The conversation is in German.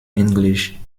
englisch